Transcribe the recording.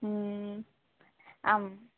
ம் ஆமாம்